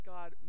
God